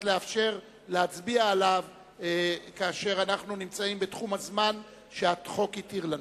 כדי לאפשר להצביע עליו כאשר אנחנו נמצאים בתחום הזמן שהחוק התיר לנו.